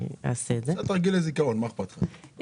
אני מרשות המיסים.